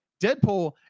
deadpool